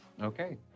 Okay